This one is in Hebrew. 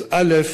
אז, א.